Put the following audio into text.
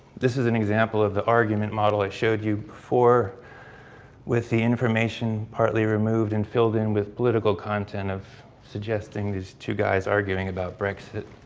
this is an example of the argument model i showed you before with the information partly removed and filled in with political content of suggesting these two guys arguing about brexit.